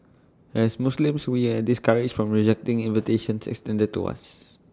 as Muslims we are discouraged from rejecting invitations extended to us